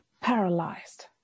paralyzed